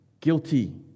guilty